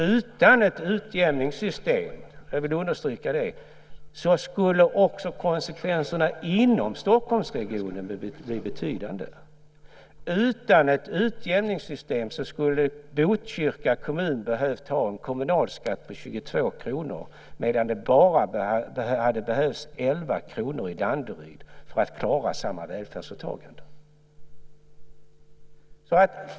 Utan ett utjämningssystem, jag vill understryka det, skulle också konsekvenserna inom Stockholmsregionen bli betydande. Utan ett utjämningssystem skulle Botkyrka kommun behövt ha en kommunalskatt på 22 kr, medan det bara hade behövts 11 kr i Danderyd för att klara samma välfärdsåtagande.